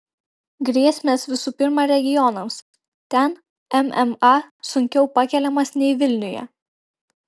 grėsmės visų pirma regionams ten mma sunkiau pakeliamas nei vilniuje